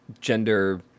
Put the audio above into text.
gender